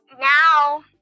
Now